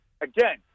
Again